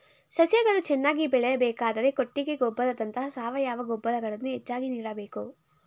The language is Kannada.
ಸಸ್ಯಗಳು ಚೆನ್ನಾಗಿ ಬೆಳೆಯಬೇಕಾದರೆ ಕೊಟ್ಟಿಗೆ ಗೊಬ್ಬರದಂತ ಸಾವಯವ ಗೊಬ್ಬರಗಳನ್ನು ಹೆಚ್ಚಾಗಿ ನೀಡಬೇಕು